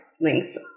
Links